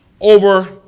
over